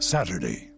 Saturday